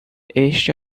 este